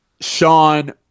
Sean